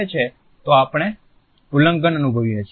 તો આપણે ઉલ્લંઘન અનુભવીએ છીએ